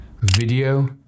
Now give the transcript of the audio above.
video